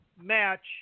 match